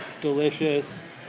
delicious